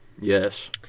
Yes